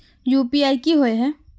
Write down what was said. UPI की होय है?